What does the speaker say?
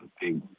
big